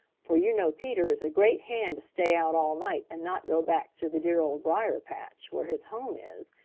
for you know peter is a great hand to stay out all night and not go back to the dear old briar-patch, where his home is,